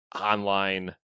online